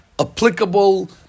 applicable